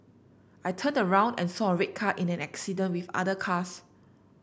I turned around and saw a red car in an accident with other cars